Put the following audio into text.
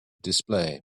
display